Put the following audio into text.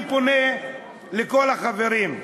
אני פונה לכל החברים: